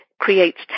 creates